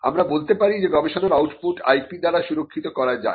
আমরা বলতে পারি যে গবেষণার আউটপুট IP দ্বারা সুরক্ষিত করা যায়